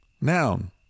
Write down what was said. noun